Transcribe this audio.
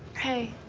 hey.